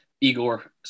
Igor